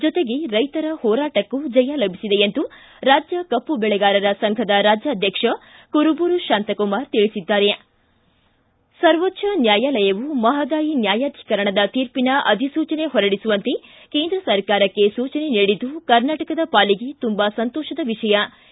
ಜೊತೆಗೆ ರೈತರ ಹೂರಾಟಕ್ಕೆ ಜಯ ಲಭಿಸಿದೆ ಎಂದು ರಾಜ್ಯ ಕಬ್ಬು ಬೆಳೆಗಾರರ ಸಂಘದ ರಾಜ್ಯಾಧ್ಯಕ್ಷ ಕುರುಬೂರು ಶಾಂತಕುಮಾರ್ ತಿಳಿಸಿದ್ದಾರೆ ಸರ್ವೋಚ್ದ ನ್ವಾಯಾಲಯವು ಮಹಾದಾಯಿ ನ್ವಾಯಾಧಿಕರಣದ ತೀರ್ಪಿನ ಅಧಿಸೂಚನೆ ಹೊರಡಿಸುವಂತೆ ಕೇಂದ್ರ ಸರಕಾರಕ್ಕೆ ಸೂಚನೆ ನೀಡಿದ್ದು ಕರ್ನಾಟಕದ ಪಾಲಿಗೆ ತುಂಬಾ ಸಂತೋಷದ ವಿಷಯವಾಗಿದೆ